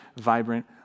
vibrant